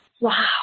Wow